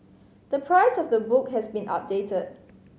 the price of the book has been updated